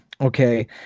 Okay